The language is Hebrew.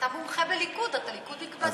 אתה מומחה בליכוד, אתה ליכודניק בעצמך.